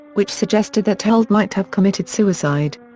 which suggested that holt might have committed suicide.